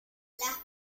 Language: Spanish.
las